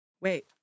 Wait